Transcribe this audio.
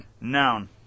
noun